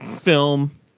film